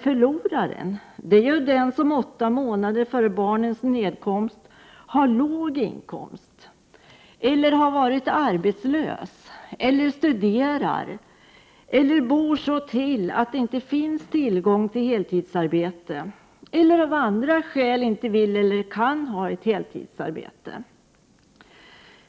Förloraren däremot är den som åtta månader före barnets födelse har låg inkomst eller varit arbetslös eller studerande eller bor så att det inte finns tillgång till heltidsarbete eller av andra skäl inte vill eller kan ha ett heltidsarbete.